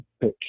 pitch